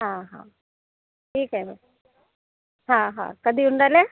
हा हा ठीक आहे मॅम हा हा कधी येऊन राहिले